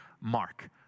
mark